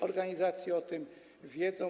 Organizacje o tym wiedzą.